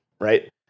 right